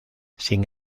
sin